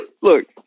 look